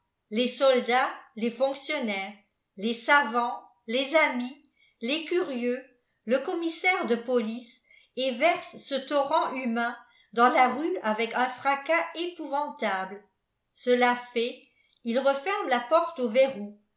les soldats les fonctionnaires les savants les amis les curieux le commissaire de police et verse ce torrent humain dans la rue avec un fracas épouvantable cela fait il referme la porte au verrou